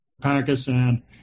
Pakistan